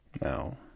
No